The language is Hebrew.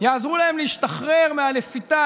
יעזרו להם להשתחרר מהלפיתה,